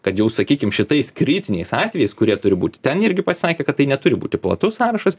kad jau sakykim šitais kritiniais atvejais kurie turi būti ten irgi pasakė kad tai neturi būti platus sąrašas